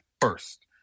first